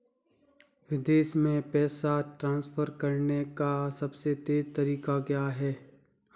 विदेश में पैसा ट्रांसफर करने का सबसे तेज़ तरीका क्या है?